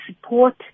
support